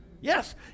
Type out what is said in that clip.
Yes